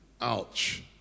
Ouch